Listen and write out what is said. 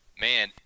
man